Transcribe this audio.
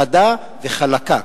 חדה וחלקה,